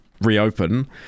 reopen